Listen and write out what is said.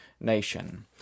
nation